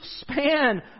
span